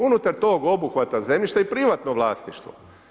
Unutar tog obuhvata zemljišta je i privatno vlasništvo.